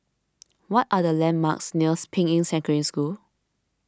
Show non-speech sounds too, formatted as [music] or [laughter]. what are the landmarks near [unintelligible] Ping Yi Secondary School